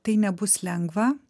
tai nebus lengva